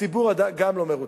הציבור גם לא מרוצה.